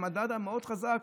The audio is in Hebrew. המדד המאוד-חזק,